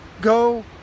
Go